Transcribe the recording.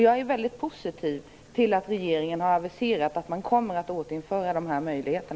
Jag är väldigt positiv till att regeringen aviserat att man kommer att återinföra sådana möjligheter.